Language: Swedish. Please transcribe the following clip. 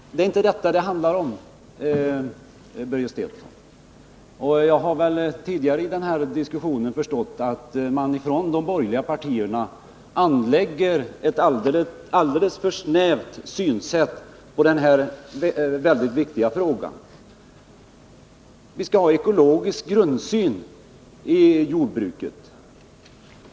Men det är inte detta debatten handlar om, Börje Stensson. Även om jag tidigare i denna diskussion förstått att man från de borgerliga partierna anlägger ett alldeles för snävt synsätt på miljöhänsynen vid jordbruksverksamhet. Vi skall ha en ekologisk grundsyn i jordbruket.